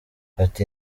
ati